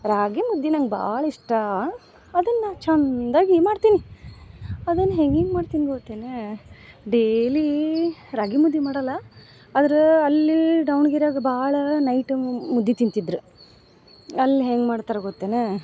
ರಾಗಿ ಮುದ್ದೆ ನಂಗೆ ಭಾಳ ಇಷ್ಟ ಅದನ್ನ ನಾ ಛಂದಾಗಿ ಮಾಡ್ತೀನಿ ಅದನ್ನ ಹೆಂಗೆಂಗೆ ಮಾಡ್ತೀನಿ ಗೊತ್ತೇನ ಡೇಲಿ ರಾಗಿ ಮುದ್ದೆ ಮಾಡಲ್ಲ ಆದ್ರೆ ಅಲ್ಲಿ ದಾವಣಗೆರೆಯಾಗ ಭಾಳ ನೈಟ ಮುದ್ದಿ ತಿಂತಿದ್ರ ಅಲ್ಲಿ ಹೆಂಗೆ ಮಾಡ್ತರ್ ಗೊತ್ತೇನ